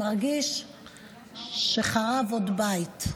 מרגיש שחרב עוד בית,